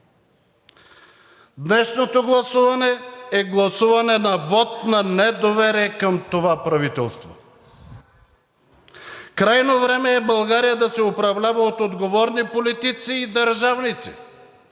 Днешното гласуване е гласуване на вот на недоверие към това правителство. Крайно време е България да се управлява от отговорни политици и държавници,